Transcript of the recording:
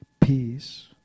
peace